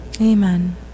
Amen